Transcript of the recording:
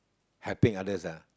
helping others ah